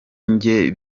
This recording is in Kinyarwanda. njye